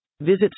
Visit